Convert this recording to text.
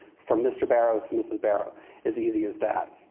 from mr. barrows to mrs. barrows as easy as that.